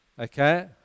Okay